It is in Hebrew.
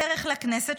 בדרך לכנסת,